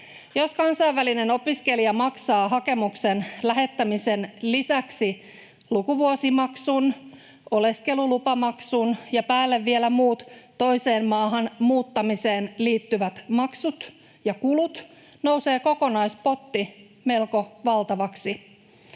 Jos kansainvälinen opiskelija maksaa hakemuksen lähettämisen lisäksi lukuvuosimaksun, oleskelulupamaksun ja päälle vielä muut, toiseen maahan muuttamiseen liittyvät maksut ja kulut, nousee kokonaispotti melko valtavaksi.